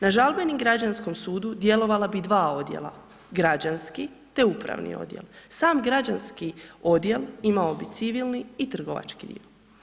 Na žalbenom građanskom sudu djelovala bi dva odjela građanski te upravni odjel, sam građanski odjel imao bi civilni i trgovački dio.